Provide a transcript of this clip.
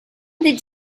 did